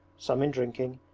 some in drinking,